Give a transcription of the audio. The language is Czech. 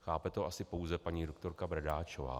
Chápe to asi pouze paní doktorka Bradáčová.